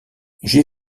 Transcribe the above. j’ai